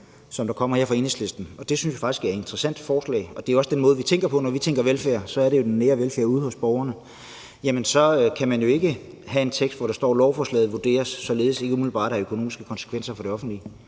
som der kommer her fra Enhedslistens side – det synes jeg faktisk er interessante forslag, og det er også den måde, vi tænker på, når vi tænker velfærd; så er det mere velfærd ude hos borgerne – så kan man jo ikke have en tekst, hvor der står: »Lovforslaget vurderes således ikke umiddelbart at have økonomiske konsekvenser for det offentlige.«